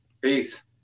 Peace